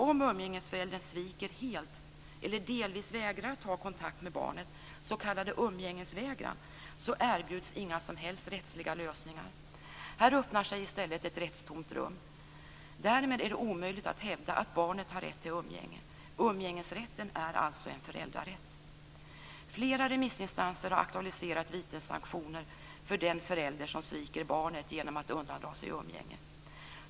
Om umgängesföräldern sviker helt eller delvis vägrar att ha kontakt med barnet, s.k. umgängesvägran, erbjuds inga som helst rättsliga lösningar. Här öppnar sig i stället ett rättstomt rum. Därmed är det omöjligt att hävda att barnet har rätt till umgänge. Umgängesrätten är alltså en föräldrarätt. Flera remissinstanser har aktualiserat vitessanktioner för den förälder som sviker barnet genom att undandra sig umgänge.